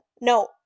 no